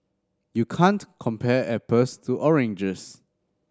you can't compare apples to oranges